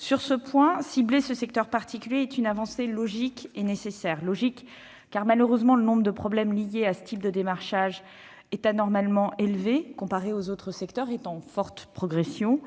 En fait, cibler ce secteur particulier est une avancée logique et nécessaire. Logique, car malheureusement le nombre de problèmes liés à ce type de démarchage est anormalement élevé en comparaison d'autres secteurs- qui plus est, il progresse fortement